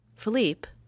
Philippe